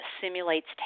simulates